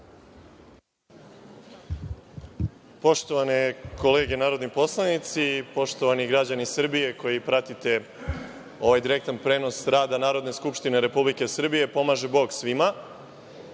Poštovane kolege narodni poslanici, poštovani građani Srbije koji pratite ovaj direktan prenos rada Narodne skupštine Republike Srbije, pomaže Bog svima. Danas